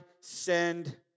send